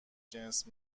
جنس